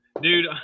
dude